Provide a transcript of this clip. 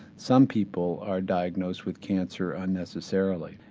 some people are diagnosed with cancer unnecessarily.